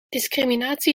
discriminatie